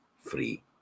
free